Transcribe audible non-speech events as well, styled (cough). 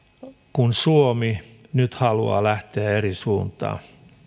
kun suomi (unintelligible) nyt haluaa lähteä eri suuntaan